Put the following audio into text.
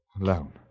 Alone